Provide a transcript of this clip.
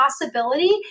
possibility